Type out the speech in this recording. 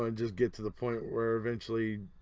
um just get to the point where eventually.